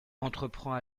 entreprend